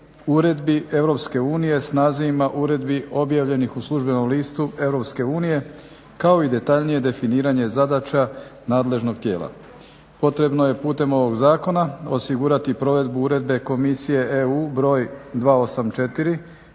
uredbi EU s nazivima uredbi objavljenih u službenom listu EU kao i detaljnije definiranje zadaća nadležnog tijela. Potrebno je putem ovog zakona osigurati provedbu Uredbe Komisije EU br.